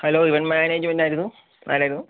hello event മാനേജ്മെൻറ്റായിരുന്നു ആരായിരുന്നു